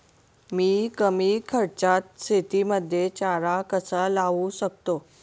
मी कमी खर्चात शेतीमध्ये चारा कसा लावू शकतो?